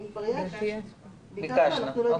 ביקשנו.